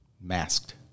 masked